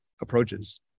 approaches